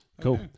Cool